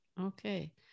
Okay